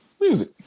Music